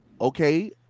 okay